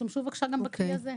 תשתמשו בבקשה גם בכלי הזה.